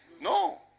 No